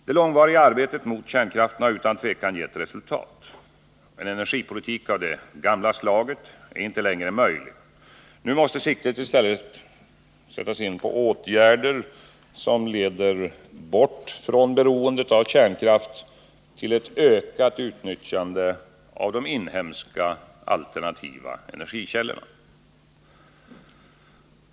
Det långvariga arbetet mot kärnkraften har utan tvivel gett resultat. En energipolitik av det gamla slaget är inte längre möjlig. Nu måste siktet ställas in på åtgärder som leder bort från beroendet av kärnkraften och till ett ökat utnyttjande av de inhemska, alternativa energikällorna.